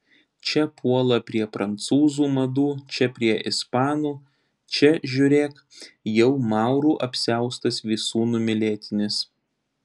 čia puola prie prancūzų madų čia prie ispanų čia žiūrėk jau maurų apsiaustas visų numylėtinis